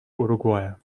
уругвая